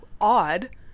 odd